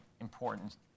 important